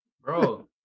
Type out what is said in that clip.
Bro